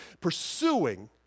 pursuing